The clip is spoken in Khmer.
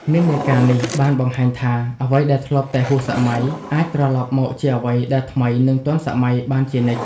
និន្នាការនេះបានបង្ហាញថាអ្វីដែលធ្លាប់តែហួសសម័យអាចត្រឡប់មកជាអ្វីដែលថ្មីនិងទាន់សម័យបានជានិច្ច។